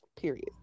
Period